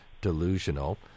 Delusional